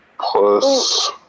plus